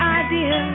idea